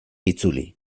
itzuli